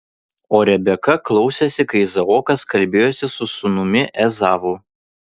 o rebeka klausėsi kai izaokas kalbėjosi su sūnumi ezavu